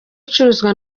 icuruzwa